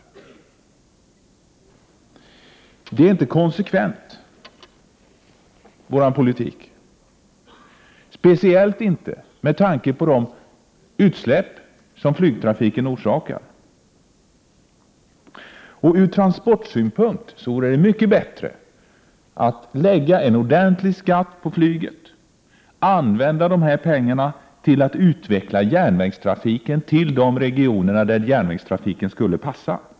Vår politik är inte konsekvent, speciellt inte med tanke på de utsläpp som flygtrafiken orsakar. Ur transportsynpunkt vore det mycket bättre att lägga en ordentlig skatt på flyget och att använda dessa pengar till att utveckla järnvägstrafiken till de regioner där järnvägstrafiken skulle passa.